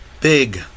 big